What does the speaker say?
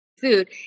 food